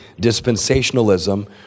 dispensationalism